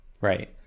Right